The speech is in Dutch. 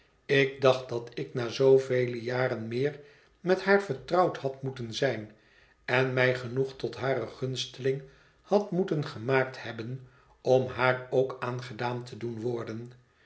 ik dacht dat ik na zoovele jaren meer met haar vertrouwd had moeten zijn en mij genoeg tot hare gunsteling had moeten gemaakt hebben om haar ook aangedaan te doen worden